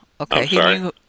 Okay